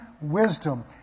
wisdom